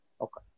Okay